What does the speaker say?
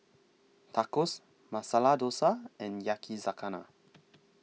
Tacos Masala Dosa and Yakizakana